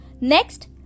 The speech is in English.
Next